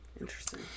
Interesting